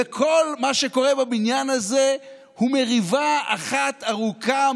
וכל מה שקורה בבניין הזה הוא מריבה אחת ארוכה,